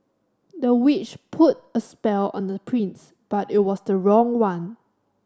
the witch put a spell on the prince but it was the wrong one